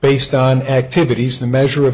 based on activities the measure of